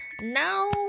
Now